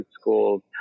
schools